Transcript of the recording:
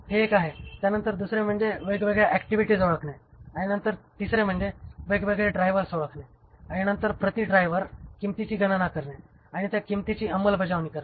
हे एक आहे त्यानंतर दुसरे म्हणजे वेगवेगळ्या ऍक्टिव्हिटीज ओळखणे आणि नंतर तिसरे म्हणजे वेगवेगळे ड्रायव्हर्स ओळखणे आणि नंतर प्रति ड्रायव्हर किंमतीची गणना करणे आणि त्या किंमतीची अंमलबजावणी करणे